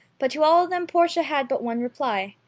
but to all of them portia had but one reply.